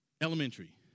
Elementary